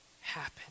happen